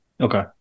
Okay